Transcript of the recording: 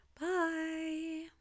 Bye